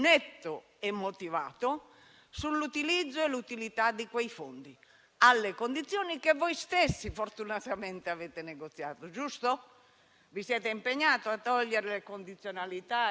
Vi siete impegnati a togliere le condizionalità e ci siete riusciti. Alla fine di questo esito positivo, però, ancora non va bene. Io vorrei sfidare chiunque